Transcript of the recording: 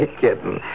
kitten